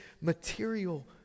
material